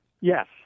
yes